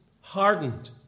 hardened